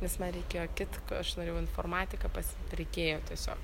nes man reikėjo kitko aš norėjau informatiką pasi reikėjo tiesiog